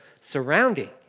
surrounding